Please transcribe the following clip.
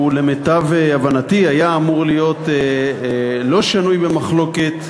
למיטב הבנתי, היה אמור להיות לא שנוי במחלוקת.